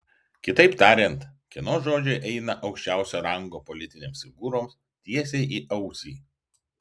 kitaip tariant kieno žodžiai eina aukščiausio rango politinėms figūroms tiesiai į ausį